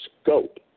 scope